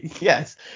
Yes